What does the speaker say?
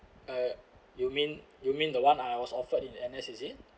uh you mean you mean the one I was offered in N_S is it